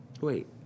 Wait